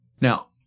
Now